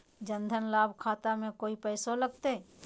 जन धन लाभ खाता में कोइ पैसों लगते?